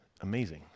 amazing